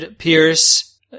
Pierce